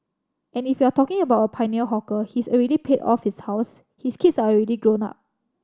and if you're talking about a pioneer hawker he's already paid off his house his kids are already grown up